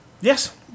Yes